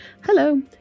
Hello